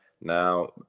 Now